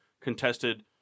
contested